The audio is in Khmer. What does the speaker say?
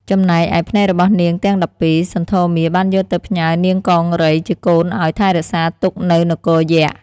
ចំណែកឯភ្នែករបស់នាងទាំង១២ សន្ធមារបានយកទៅផ្ញើនាងកង្រីជាកូនឲ្យថែរក្សាទុកនៅនគរយក្ខ។